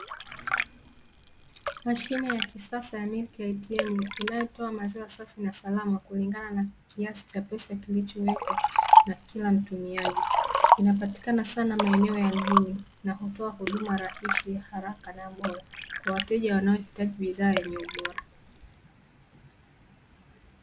Mashine ya kisasa ya "Milk ATM", inayotoa maziwa safi na salama kulingana na kiasi cha pesa kilichowekwa na kila mtumiaji, inapatikana sana maeneo ya mjini na hutoa huduma rahisi, haraka na bora kwa wateja wanaohitaji bidhaa yenye ubora.